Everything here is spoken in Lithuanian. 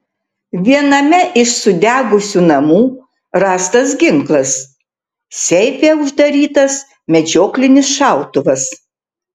viename iš sudegusių namų rastas ginklas seife uždarytas medžioklinis šautuvas